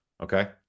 Okay